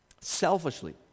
selfishly